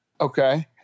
Okay